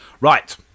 Right